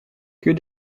que